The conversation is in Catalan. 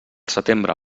setembre